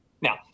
Now